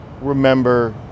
remember